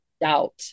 doubt